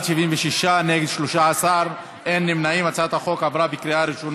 את הצעת חוק הממשלה (תיקון מס' 12)